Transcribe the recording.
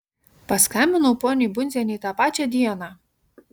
paskambinau poniai bundzienei tą pačią dieną